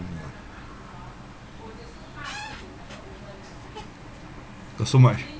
got so much